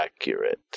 accurate